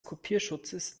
kopierschutzes